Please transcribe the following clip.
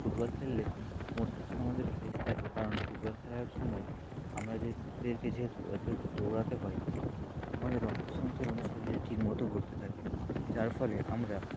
football খেললে মস্তিষ্ক আমাদের ফ্রেশ থাকে কারণ ফুটবল খেলার সময় আমরা যে দেরকে যেহেতু এত দৌড়োতে হয় আমাদের রক্ত সঞ্চালন শরীরে ঠিক মতো ঘটতে থাকে যার ফলে আমরা